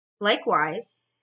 likewise